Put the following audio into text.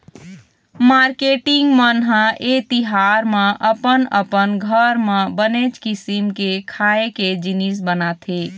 marketing मन ह ए तिहार म अपन अपन घर म बनेच किसिम के खाए के जिनिस बनाथे